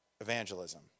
evangelism